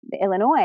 Illinois